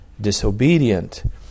disobedient